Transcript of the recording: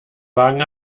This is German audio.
wagen